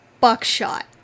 buckshot